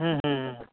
ह्म्म ह्म्म ह्म्म